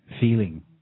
feeling